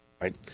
right